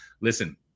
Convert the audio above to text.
Listen